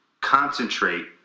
concentrate